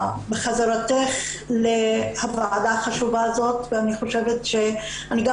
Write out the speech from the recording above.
לחזרתך לוועדה החשובה הזאת ואני גם מברכת